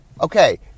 okay